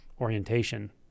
orientation